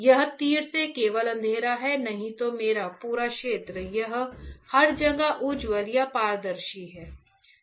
यह तीर ये केवल अंधेरा है नहीं तो मेरा पूरा क्षेत्र यह हर जगह उज्ज्वल है पारदर्शी है